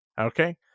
okay